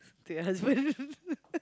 to your husband